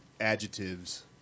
adjectives